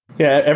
yeah.